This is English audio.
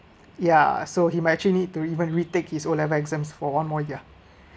ya so he might actually need to even retake his o-level exams for one more year